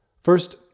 First